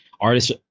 artists